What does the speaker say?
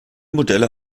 modelle